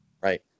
Right